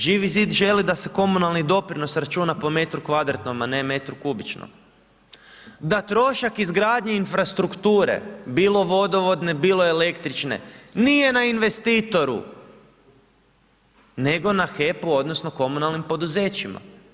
Živi zid želi da se komunalni doprinos računa po metru kvadratnom a ne metru kubičnom, da trošak izgradnje infrastrukture, bilo vodovodne, bilo električne nije na investitoru nego na HEP-u odnosno komunalnim poduzećima.